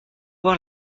voir